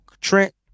Trent